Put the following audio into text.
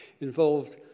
involved